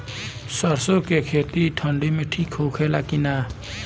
सरसो के खेती ठंडी में ठिक होला कि ना?